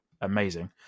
amazing